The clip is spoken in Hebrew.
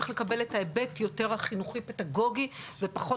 צריך לקבל את ההיבט יותר החינוכי פדגוגי ופחות